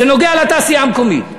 זה נוגע לתעשייה המקומית.